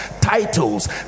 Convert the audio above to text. titles